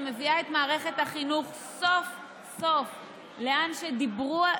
מביאה את מערכת החינוך סוף-סוף לאן שדיברו,